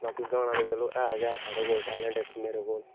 बाकी गाना ते चलो ऐ गै साढ़े कोल टैलेंट इक मेरे कोल